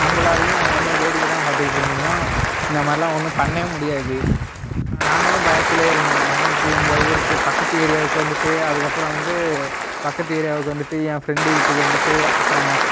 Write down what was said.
நம்மளாலேயும் ஒன்றும் வேடிக்கைதான் பார்த்துகிட்டு இருக்க முடியும் இந்த மாதிரிலாம் ஒன்றும் பண்ண முடியாது நாங்களும் பயத்தில் இருந்தோம் நமக்கு இந்த ஊருக்கு பக்கத்து ஏரியாவுக்கு வந்துட்டு அதுக்கப்புறோம் வந்து பக்கத்து ஏரியாவுக்கு வந்துட்டு ஏன் ஃப்ரெண்டு வீட்டுக்கு வந்துட்டு அப்புறம்